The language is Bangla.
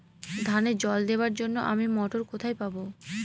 ধানে জল দেবার জন্য আমি মটর কোথায় পাবো?